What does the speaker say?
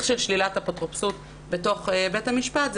של שלילת אפוטרופסות בתוך בית המשפט,